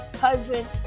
husband